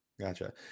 gotcha